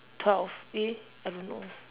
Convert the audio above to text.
twelve eh I don't know